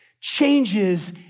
changes